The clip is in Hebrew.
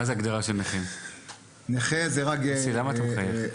יוסי למה אתה מחייך?